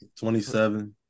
27